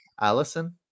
Allison